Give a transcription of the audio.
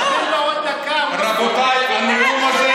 אני מודיע לכם, אני אינני מפחד,